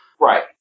Right